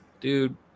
dude